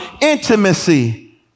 intimacy